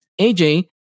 AJ